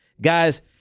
Guys